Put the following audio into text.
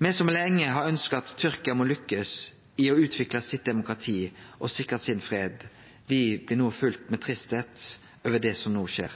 Me som lenge har ønskt at Tyrkia må lukkast i å utvikle sitt demokrati og sikre sin fred, blir fylte med tristheit over det som no skjer.